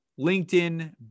LinkedIn